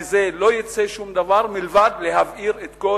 מזה לא יצא שום דבר מלבד להבעיר את כל